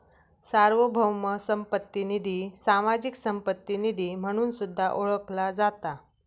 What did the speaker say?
सार्वभौम संपत्ती निधी, सामाजिक संपत्ती निधी म्हणून सुद्धा ओळखला जाता